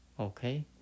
Okay